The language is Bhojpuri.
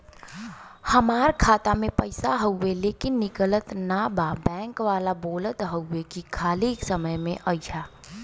हमार खाता में पैसा हवुवे लेकिन निकलत ना बा बैंक वाला बोलत हऊवे की खाली समय में अईहा